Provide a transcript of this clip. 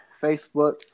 Facebook